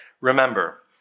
remember